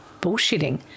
bullshitting